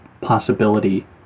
possibility